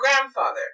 grandfather